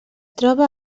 troba